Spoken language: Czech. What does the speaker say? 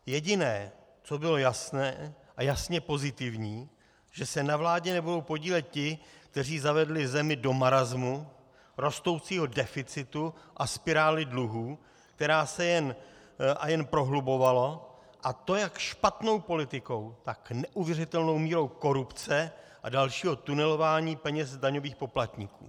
Jediné, co bylo jasné a jasně pozitivní, že se na vládě nebudou podílet ti, kteří zavedli zemi do marasmu, rostoucího deficitu a spirály dluhů, která se jen a jen prohlubovala, a to jak špatnou politikou, tak neuvěřitelnou mírou korupce a dalšího tunelování peněz z daňových poplatníků.